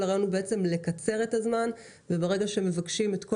כל הרעיון הוא לקצר את הזמן וברגע שמבקשים את כל